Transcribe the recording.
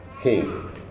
king